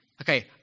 Okay